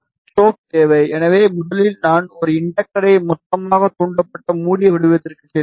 choke தேவை எனவே முதலில் நான் ஒரு இண்டக்டரை மொத்தமாக தூண்டப்பட்ட மூடிய வடிவத்திற்கு செல்வேன்